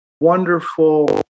wonderful